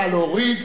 נא להוריד.